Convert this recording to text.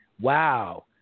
wow